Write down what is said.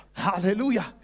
Hallelujah